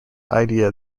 idea